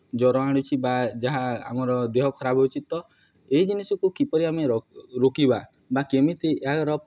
ଜ୍ଵର ଆଣୁଛି ବା ଯାହା ଆମର ଦେହ ଖରାପ ହେଉଛି ତ ଏହି ଜିନିଷକୁ କିପରି ଆମେ ରୋକିବା ବା କେମିତି ଏହାର